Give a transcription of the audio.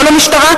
לא למשטרה,